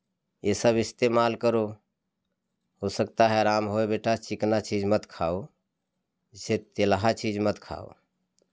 यह सब इस्तेमाल करो हो सकता है आराम होय बेटा चिकना चीज़ मत खाओ जैसे तेलहा चीज़ मत खाओ